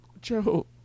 Joe